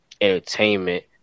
entertainment